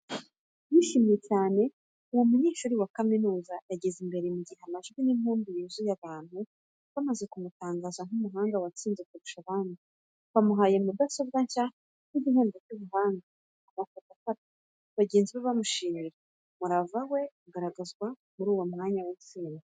Yishimye cyane, uwo munyeshuri wa kaminuza yegeze imbere mu gihe amajwi y’impundu yuzuye abantu. Bamaze kumutangaza nk’umuhanga watsinze kurusha abandi. Bamuhaye mudasobwa nshya nk’igihembo cy’ubuhanga. Amafoto afatwa, bagenzi be bamushimira, umurava we ugaragazwa muri uwo mwanya w’intsinzi.